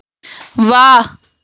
वाह्